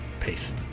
Peace